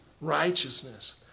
righteousness